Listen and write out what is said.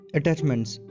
attachments